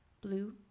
blue